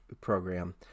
program